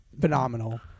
phenomenal